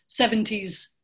70s